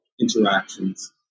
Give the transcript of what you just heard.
interactions